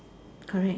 correct